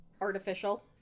artificial